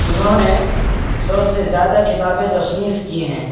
انہوں نے سو سے زیادہ کتابیں تصنیف کی ہیں